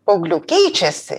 paauglių keičiasi